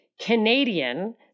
Canadian